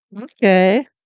okay